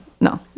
No